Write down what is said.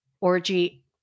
Orgy